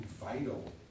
vital